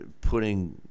putting